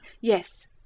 Yes